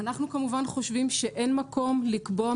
אנחנו כמובן חושבים שאין מקום לקבוע מחיר אחיד על ההלוואות.